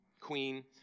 queen